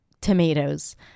tomatoes